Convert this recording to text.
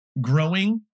growing